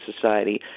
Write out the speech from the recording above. society